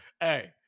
Hey